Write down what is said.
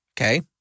Okay